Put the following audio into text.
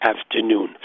afternoon